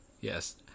yes